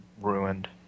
ruined